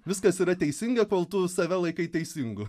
viskas yra teisinga kol tu save laikai teisingu